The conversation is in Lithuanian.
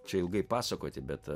čia ilgai pasakoti bet